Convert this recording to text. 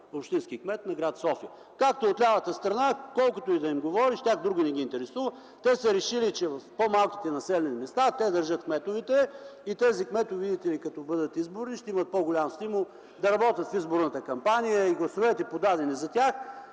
избрания кмет на гр. София. Както и от лявата страна – колкото и да им говориш, тях друго не ги интересува. Те са решили, че в по-малките населени места държат кметове и като тези кметове бъдат изборни, ще имат по-голям стимул да работят в изборната кампания и гласовете, подадени за тях,